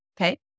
Okay